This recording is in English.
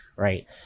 right